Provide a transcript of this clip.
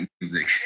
music